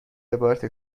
عبارت